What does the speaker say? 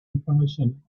information